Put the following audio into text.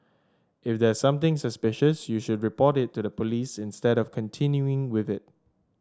if there's something suspicious you should report it to the police instead of continuing with it